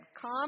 come